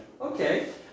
Okay